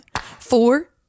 Four